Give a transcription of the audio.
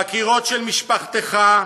חקירות של משפחתך.